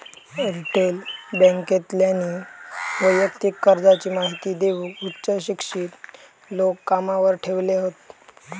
retail बॅन्केतल्यानी वैयक्तिक कर्जाची महिती देऊक उच्च शिक्षित लोक कामावर ठेवले हत